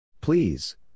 Please